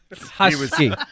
Husky